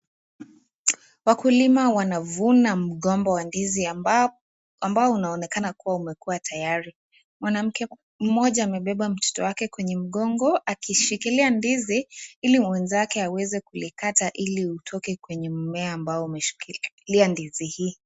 Wakulima wanavuna mgomba wa ndizi ambao unaonekana kuwa umekuwa tayari. Mwanamke mmoja amebeba mtoto kwenye mgongo akishikilia ndizi ili mwenzake aweze kuukata ili utoke kwenye mmea ambao umeshikilia ndizi hii.